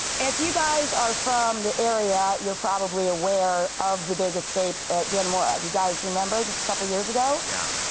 if you guys are from the area, you're probably aware of the big escape dannemora you guys remember, just a couple of years ago? yeah.